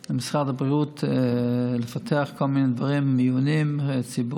יאפשר למשרד הבריאות לפתח כל מיני דברים: מיונים ציבוריים,